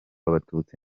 abatutsi